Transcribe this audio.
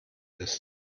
ist